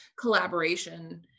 collaboration